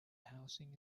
housing